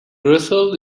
wrestled